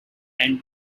and